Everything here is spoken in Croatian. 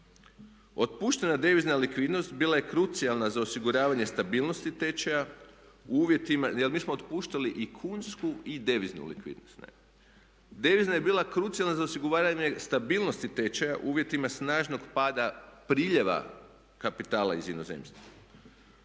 otpuštali i kunsku i deviznu likvidnost. Devizna je bila krucijalna za osiguranje stabilnosti tečaja u uvjetima snažnog pada priljeva kapitala iz inozemstva.